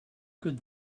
good